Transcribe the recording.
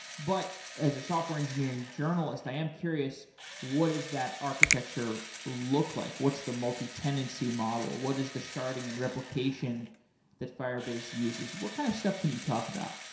but as a software engineering journalist i am curious what is that architecture look like. what's the multi-tenancy model? what is the sharding and replication that firebase uses? what kind of stuff can you talk about?